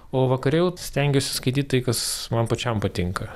o vakare jau stengiuosi skaityt tai kas man pačiam patinka